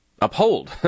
uphold